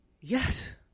Yes